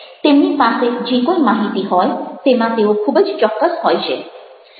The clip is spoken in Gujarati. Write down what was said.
તેમની પાસે જે કોઈ માહિતી હોય તેમાં તેઓ ખૂબ જ ચોક્કસ હોય છે